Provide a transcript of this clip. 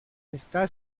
está